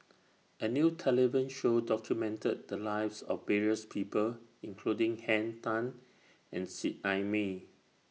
A New television Show documented The Lives of various People including Henn Tan and Seet Ai Mee